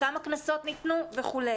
כמה קנסות ניתנו וכו'.